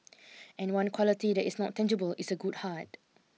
and one quality that is not tangible is a good heart